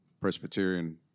Presbyterian